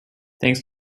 thanks